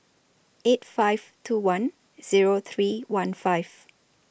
eight five two one Zero three one five